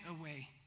away